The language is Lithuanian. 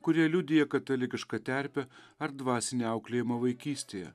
kurie liudija katalikišką terpę ar dvasinį auklėjimą vaikystėje